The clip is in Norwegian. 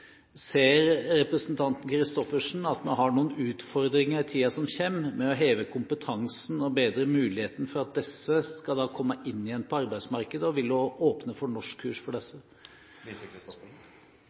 Ser representanten Christoffersen at vi har noen utfordringer i tiden som kommer, med å heve kompetansen og bedre muligheten for at disse skal komme inn igjen på arbeidsmarkedet, og vil hun åpne for norskkurs for disse?